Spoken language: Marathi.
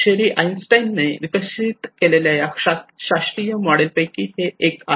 शेरी आर्न्स्टाईन ने विकसित केलेल्या या शास्त्रीय मॉडेल पैकी हे एक आहे